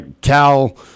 Cal